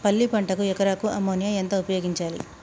పల్లి పంటకు ఎకరాకు అమోనియా ఎంత ఉపయోగించాలి?